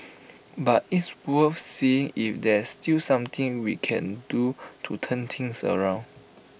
but it's worth seeing if there's still something we can do to turn things around